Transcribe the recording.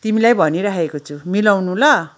तिमीलाई भनिराखेको छु मिलाउनु ल